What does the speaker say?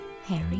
Harry